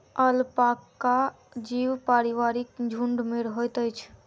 alpaca जीव पारिवारिक झुण्ड में रहैत अछि